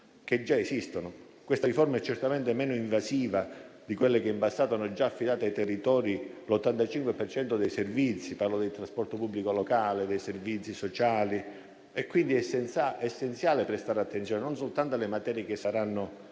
che già esistono. Questa riforma è certamente meno invasiva di quelle che in passato hanno già affidato ai territori l'85 per cento dei servizi. Parlo del trasporto pubblico locale e dei servizi sociali. È quindi essenziale prestare attenzione, non soltanto alle 23 materie che saranno